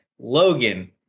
Logan